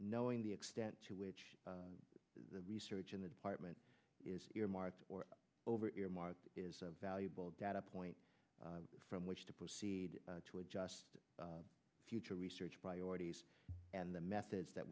knowing the extent to which the research in the department is earmarked or over earmarks is a valuable data point from which to proceed to adjust future research priorities and the methods that